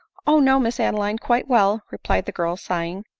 o! no, miss adeline, quite well, replied the girl, sighing.